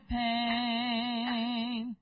pain